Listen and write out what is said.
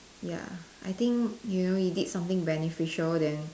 ya I think you know you did something beneficial then